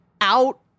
out